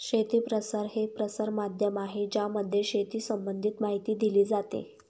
शेती प्रसार हे असं प्रसार माध्यम आहे ज्यामध्ये शेती संबंधित माहिती दिली जाते